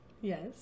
Yes